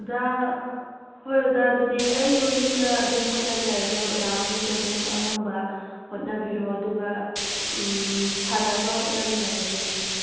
ꯑꯣꯖꯥ ꯍꯣꯏ ꯑꯣꯖꯥ ꯑꯗꯨꯗꯤ ꯑꯩꯁꯨ ꯌꯨꯝꯗ ꯑꯗꯨꯝ ꯍꯣꯠꯅꯖꯔꯒꯦ ꯑꯣꯖꯥ ꯍꯣꯏꯅꯁꯨ ꯑꯗꯨꯝ ꯑꯉꯝꯕ ꯍꯣꯠꯅꯕꯤꯔꯣ ꯑꯗꯨꯒ ꯐꯅꯕ ꯍꯣꯠꯅꯃꯤꯟꯅꯔꯁꯦ ꯍꯥꯏꯅꯤꯡꯉꯦ